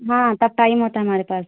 हाँ तब टाइम होता है हमारे पास